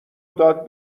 داد